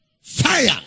Fire